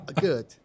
Good